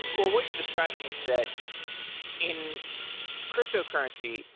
well, what you're describing is that in cryptocurrency,